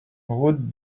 route